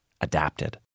adapted